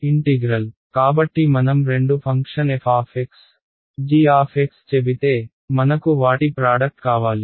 integral కాబట్టి మనం రెండు ఫంక్షన్ f g చెబితే మనకు వాటి ప్రాడక్ట్ కావాలి